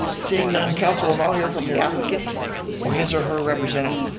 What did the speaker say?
seeing none, council will now hear from the applicant or his or her representative.